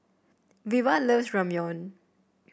Veva loves Ramyeon